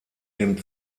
dem